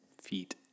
feet